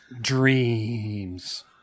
Dreams